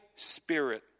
spirit